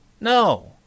No